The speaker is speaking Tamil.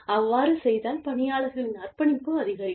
அவ்வாறு செய்தால் பணியாளர்களின் அர்ப்பணிப்பு அதிகரிக்கும்